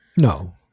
No